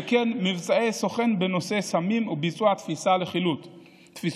וכן מבצעי סוכן בנושא סמים וביצוע תפיסות לחילוט.